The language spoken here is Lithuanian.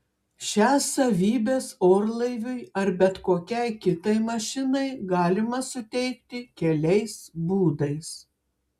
šias savybes orlaiviui ar bet kokiai kitai mašinai galima suteikti keliais būdais